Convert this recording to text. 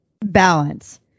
balance